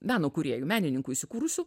meno kūrėjų menininkų įsikūrusių